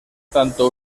tanto